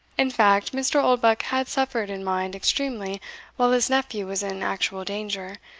in fact, mr. oldbuck had suffered in mind extremely while his nephew was in actual danger,